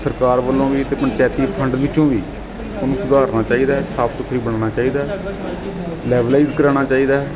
ਸਰਕਾਰ ਵੱਲੋਂ ਵੀ ਅਤੇ ਪੰਚਾਇਤੀ ਫੰਡ ਵਿੱਚੋਂ ਵੀ ਉਹਨੂੰ ਸੁਧਾਰਨਾ ਚਾਹੀਦਾ ਸਾਫ਼ ਸੁਥਰੀ ਬਣਾਉਣਾ ਚਾਹੀਦਾ ਲੈਵਲਾਈਜ਼ ਕਰਵਾਉਣਾ ਚਾਹੀਦਾ ਹੈ